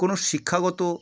কোনো শিক্ষাগত